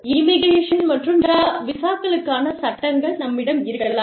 immigration மற்றும் விசாக்களுக்கான சட்டங்கள் நம்மிடம் இருக்கலாம்